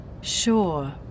Sure